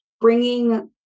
bringing